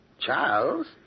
Charles